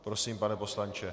Prosím, pane poslanče.